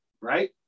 right